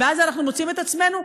ואז אנחנו מוצאים את עצמנו,